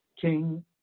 King